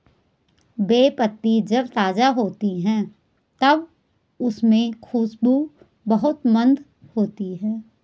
बे पत्ती जब ताज़ा होती है तब उसमे खुशबू बहुत मंद होती है